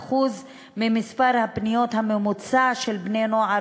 ב-62% ממספר הפניות הממוצע של בני-נוער